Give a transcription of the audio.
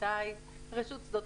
רשות שדות